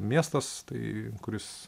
miestas tai kuris